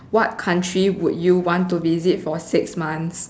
what country would you want to visit for six months